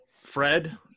fred